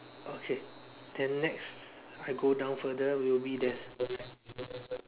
okay then next I go down further will be there's